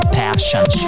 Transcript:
passion